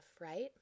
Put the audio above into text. right